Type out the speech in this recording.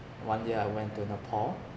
one year I went to nepal